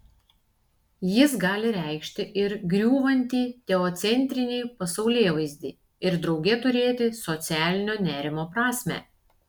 jis gali reikšti ir griūvantį teocentrinį pasaulėvaizdį ir drauge turėti socialinio nerimo prasmę